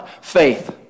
Faith